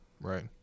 right